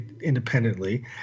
independently